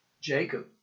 Jacob